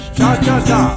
cha-cha-cha